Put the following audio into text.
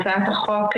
הצעת החוק,